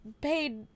Paid